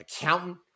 accountant